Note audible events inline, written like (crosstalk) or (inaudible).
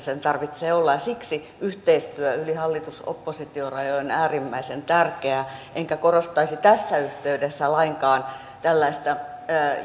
(unintelligible) sen tarvitsee olla siksi yhteistyö yli hallitus oppositio rajojen on äärimmäisen tärkeää enkä korostaisi tässä yhteydessä lainkaan tällaista